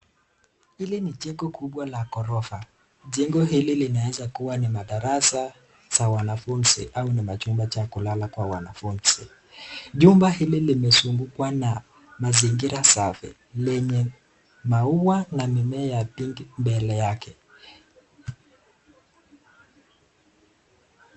Hili ni jengo kubwa la gorofa. Jengo hili linaweza kuwa ni madarasa za wanafunzi au ni majumba cha kulala cha wanafunzi, jumba hili limezungukwa na mazingira safi lenye maua na mmea pinki mbele yake.